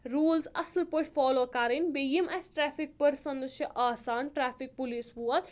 rules اَصٕل پٲٹھۍ follow کَرٕنۍ بیٚیہِ یِم اَسہِ ٹریفِک پٔرسَنٔز چھِ آسان ٹریفِک پُلیٖس وول